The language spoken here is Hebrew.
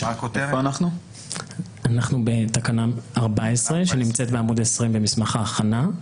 אנחנו בתקנה 14 שנמצאת בעמוד 20 במסמך ההכנה.